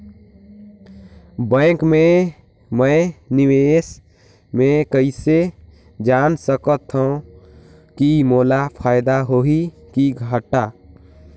Bank मे मैं निवेश मे कइसे जान सकथव कि मोला फायदा होही कि घाटा?